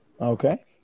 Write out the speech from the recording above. okay